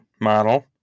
model